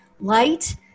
light